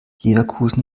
leverkusen